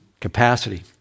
Capacity